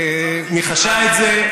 שניחשה את זה,